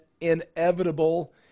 inevitable